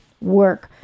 work